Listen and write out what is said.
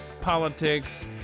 politics